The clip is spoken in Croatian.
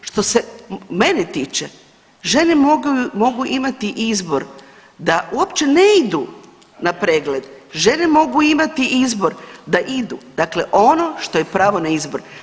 Što se mene tiče žene mogu imati izbor da uopće ne idu na pregled, žene mogu imati izbor da idu dakle ono što je pravo na izbor.